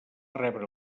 rebre